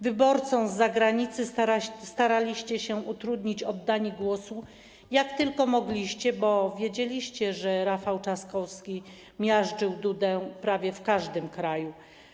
Wyborcom z zagranicy staraliście się utrudnić oddanie głosu, jak tylko mogliście, bo wiedzieliście, że Rafał Trzaskowski miażdżył Dudę prawie w każdym kraju.